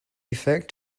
effect